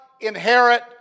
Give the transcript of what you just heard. inherit